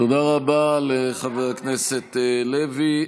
תודה רבה לחבר הכנסת לוי.